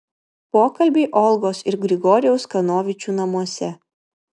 pokalbiai olgos ir grigorijaus kanovičių namuose